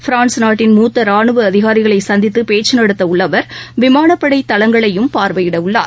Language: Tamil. பிரான்ஸ் நாட்டின் மூத்த ராணுவ அதிகாரிகளை சந்தித்து பேச்சு நடத்த உள்ள அவர் விமானப்படை தளங்களையும் பார்வையிட உள்ளார்